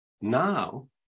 Now